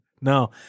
No